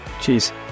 cheers